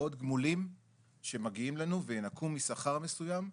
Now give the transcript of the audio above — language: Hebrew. גמולים שמגיעים לנו וינכו משכר מסוים,